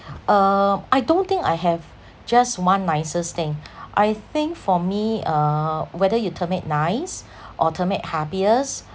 uh I don't think I have just one nicest thing I think for me uh whether you term it nice or term it happiest